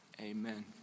Amen